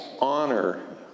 honor